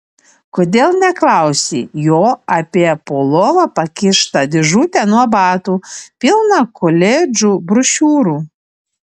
kodėl neklausi jo apie po lova pakištą dėžutę nuo batų pilną koledžų brošiūrų